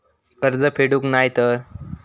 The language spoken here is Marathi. कर्ज फेडूक नाय तर?